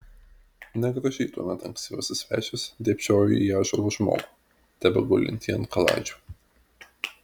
negražiai tuomet ankstyvasis svečias dėbčiojo į ąžuolo žmogų tebegulintį ant kaladžių